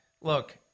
look